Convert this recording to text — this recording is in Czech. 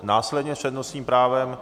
Následně s přednostním právem...